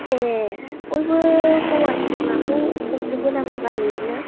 ए बयबो हौवा हिनजाव नाखौ हमजोबो नामा गामियैनो